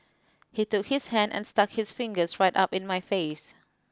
he took his hand and stuck his fingers right up in my face